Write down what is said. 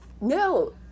No